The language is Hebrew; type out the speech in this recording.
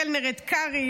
קלנר את קרעי,